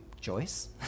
Joyce